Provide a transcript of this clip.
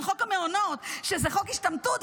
שזה חוק השתמטות,